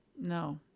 No